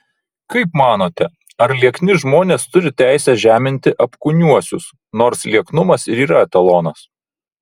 kaip manote ar liekni žmonės turi teisę žeminti apkūniuosius nors lieknumas ir yra etalonas